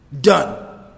done